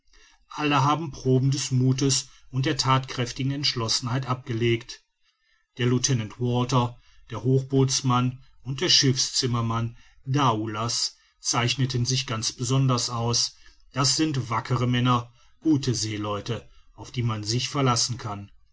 alle haben proben des muthes und der thatkräftigen entschlossenheit abgelegt der lieutenant walter der hochbootsmann und der schiffszimmermann daoulas zeichneten sich ganz besonders aus das sind wackere männer gute seeleute auf die man sich verlassen kann